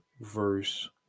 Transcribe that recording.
verse